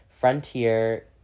Frontier